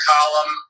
column